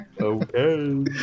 okay